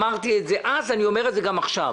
אמרתי את זה אז ואני אומר זאת גם עכשיו.